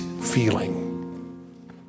feeling